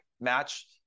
match